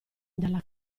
dalla